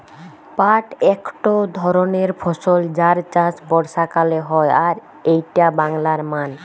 পাট একট ধরণের ফসল যার চাষ বর্ষাকালে হয় আর এইটা বাংলার মান